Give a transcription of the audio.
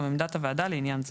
גם עמדת הוועדה לעניין זה.